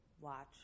watch